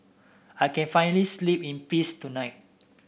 I can finally sleep in peace tonight